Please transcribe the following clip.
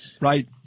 Right